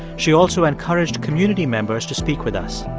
she also encouraged community members to speak with us.